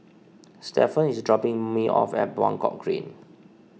Stephan is dropping me off at Buangkok Green